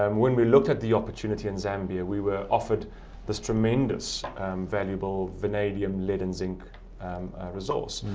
um when we looked at the opportunity in zambia, we were offered this tremendously valuable vanadium, lead and zinc and resource.